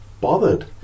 bothered